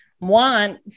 want